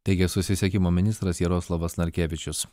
teigia susisiekimo ministras jaroslavas narkevičius